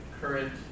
current